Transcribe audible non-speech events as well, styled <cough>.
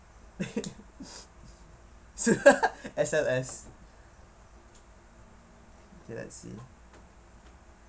<laughs> <laughs> S_L_S okay let's see